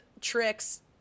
tricks